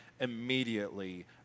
immediately